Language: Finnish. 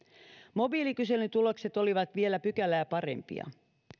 mobiilikyselyn tulokset olivat vielä pykälää parempia